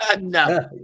no